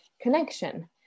connection